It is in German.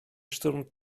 sturm